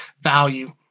value